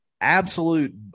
absolute